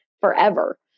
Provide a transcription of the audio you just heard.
forever